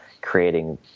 creating